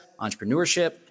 entrepreneurship